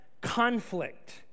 conflict